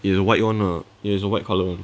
is the white [one] lah is the white colour [one]